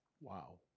wow